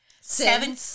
Seven